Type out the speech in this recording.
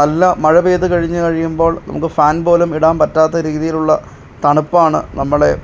നല്ല മഴ പെയ്തു കഴിഞ്ഞു കഴിയുമ്പോൾ നമുക്ക് ഫാൻ പോലും ഇടാൻ പറ്റാത്ത രീതിയിലുള്ള തണുപ്പാണ് നമ്മളേ